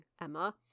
Emma